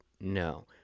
no